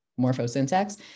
morphosyntax